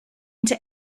into